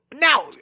Now